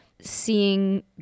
seeing